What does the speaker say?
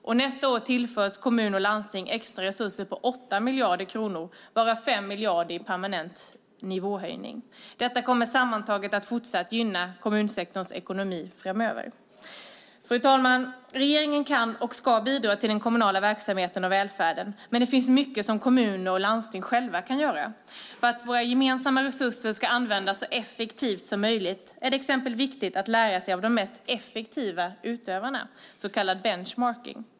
Och nästa år tillförs kommuner och landsting extra resurser på 8 miljarder kronor, varav 5 miljarder i permanent nivåhöjning. Detta kommer sammantaget att fortsatt gynna kommunsektorns ekonomi. Fru talman! Regeringen kan, och ska, bidra till den kommunala verksamheten och välfärden, men det finns mycket som kommuner och landsting själva kan göra. För att våra gemensamma resurser ska användas så effektivt som möjligt är det till exempel viktigt att lära av de mest effektiva utövarna, så kallad benchmarking.